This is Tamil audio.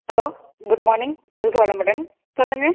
ஹலோ குட் மார்னிங் வாழ்க வளமுடன் சொல்லுங்கள்